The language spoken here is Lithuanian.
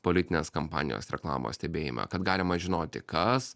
politinės kampanijos reklamos stebėjimą kad galima žinoti kas